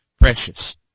precious